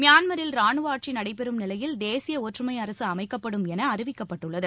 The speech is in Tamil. மியான்மரில் ரானுவ ஆட்சி நடைபெறும் நிலையில் தேசிய ஒற்றுமை அரசு அமைக்கப்படும் என அறிவிக்கப்பட்டுள்ளது